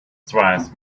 twice